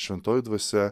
šventoji dvasia